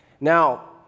Now